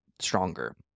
stronger